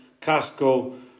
Costco